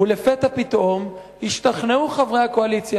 ולפתע פתאום השתכנעו חברי הקואליציה